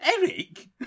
Eric